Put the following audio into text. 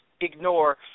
ignore